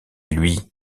lui